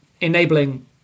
enabling